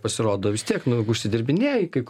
pasirodo vis tiek nu gu užsidirbinėja kai